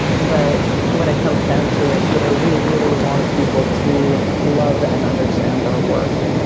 but when it comes down to it, you know we really want people to love and understand our work.